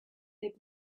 they